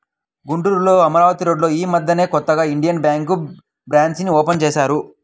గుంటూరులో అమరావతి రోడ్డులో యీ మద్దెనే కొత్తగా ఇండియన్ బ్యేంకు బ్రాంచీని ఓపెన్ చేశారు